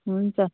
हुन्छ